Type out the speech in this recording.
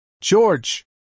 George